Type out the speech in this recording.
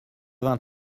vingt